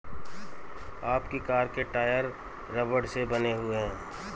आपकी कार के टायर रबड़ से बने हुए हैं